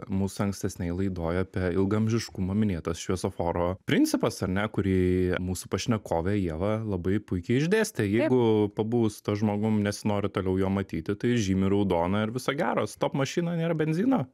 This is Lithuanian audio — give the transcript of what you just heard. mūsų ankstesnėj laidoj apie ilgaamžiškumą minėtas šviesoforo principas ar ne kurį mūsų pašnekovė ieva labai puikiai išdėstė jeigu pabuvus su tuo žmogum nesinori toliau jo matyti tai žymi raudoną ir viso gero stop mašina nėra benzino